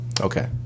Okay